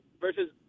versus